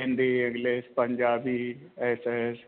Hindi English Punjabi S S